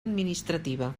administrativa